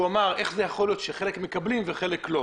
אמר איך זה יכול להיות שחלק מקבלים וחלק לא.